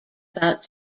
about